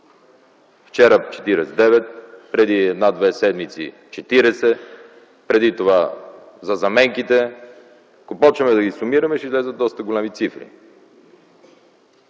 Вчера 49, преди 1-2 седмици 40, преди това за заменките. Ако почнем да ги сумираме ще излязат доста големи цифри.